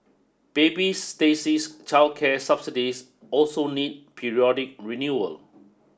baby Stacey's childcare subsidies also need periodic renewal